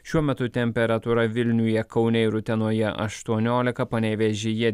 šiuo metu temperatūra vilniuje kaune ir utenoje aštuoniolika panevėžyje